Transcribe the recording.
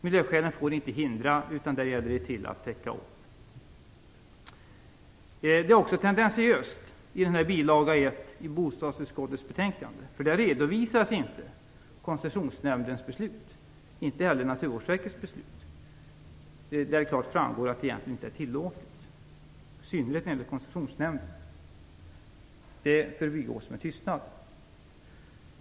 Miljöskälen får inte hindra, utan det gäller att täcka upp. Bilaga 1 i bostadsutskottets betänkande är tendentiös. Koncessionsnämndens beslut redovisas inte, och inte heller Naturvårdsverkets. I synnerhet när det gäller Koncessionsnämnden framgår det klart att bygget egentligen inte är tillåtet. Det förbigås med tystnad.